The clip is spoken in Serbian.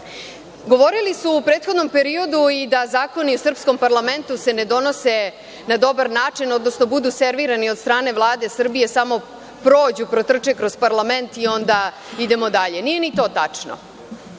izabrati. Govorili su u prethodnom periodu i da zakoni u srpskom parlamentu se ne donose na dobar način, odnosno budu servirani od strane Vlade Srbije. Samo prođu, protrče kroz parlament i onda idemo dalje. Nije ni to tačno,